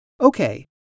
Okay